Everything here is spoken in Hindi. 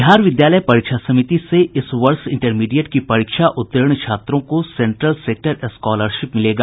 बिहार विद्यालय परीक्षा समिति से इस वर्ष इंटरमीडिएट की परीक्षा उत्तीर्ण छात्रों को सेंट्रल सेक्टर स्कॉलरशिप मिलेगा